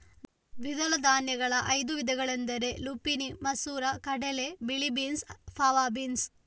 ದ್ವಿದಳ ಧಾನ್ಯಗಳ ಐದು ವಿಧಗಳೆಂದರೆ ಲುಪಿನಿ ಮಸೂರ ಕಡಲೆ, ಬಿಳಿ ಬೀನ್ಸ್, ಫಾವಾ ಬೀನ್ಸ್